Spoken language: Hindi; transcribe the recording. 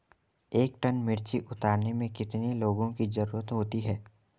एक टन मिर्ची उतारने में कितने लोगों की ज़रुरत होती है?